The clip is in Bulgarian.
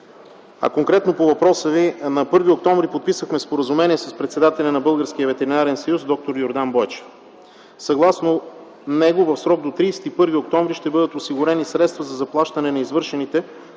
Конкретно по въпроса Ви - на 1 октомври подписахме споразумение с председателя на Българския ветеринарен съюз д р Йордан Бойчев. Съгласно него в срок до 31 октомври ще бъдат осигурени средства за заплащане на извършените